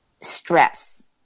stress